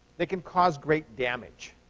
they can cause great damage.